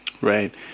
Right